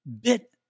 bit